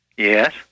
Yes